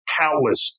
countless